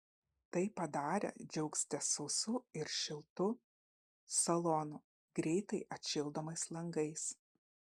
tai padarę džiaugsitės sausu ir šiltu salonu greitai atšildomais langais